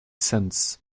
cents